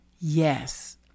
Yes